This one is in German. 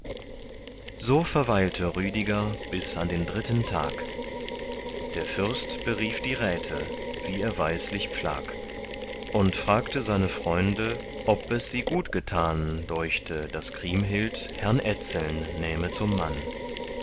so verweilte rüdiger bis an den dritten tag der fürst berief die räte wie er weislich pflag und fragte seine freunde ob es sie gut getan deuchte daß kriemhild herrn etzeln nähme zum mann